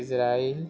Israel